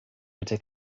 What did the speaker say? bitte